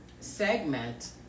segment